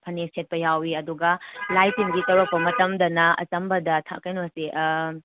ꯐꯅꯦꯛ ꯁꯦꯠꯄ ꯌꯥꯎꯏ ꯑꯗꯨꯒ ꯂꯥꯏ ꯇꯤꯟꯒꯤ ꯇꯧꯔꯛꯄ ꯃꯇꯝꯗꯅ ꯑꯆꯝꯕꯗ ꯀꯩꯅꯣꯁꯤ